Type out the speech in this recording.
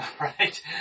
right